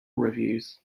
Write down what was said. reviews